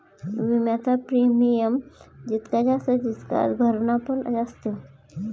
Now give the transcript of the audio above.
विम्याचा प्रीमियम जितका जास्त तितकाच भरणा पण जास्त